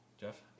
Jeff